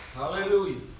Hallelujah